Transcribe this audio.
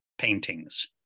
paintings